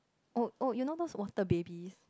oh oh you know those water baby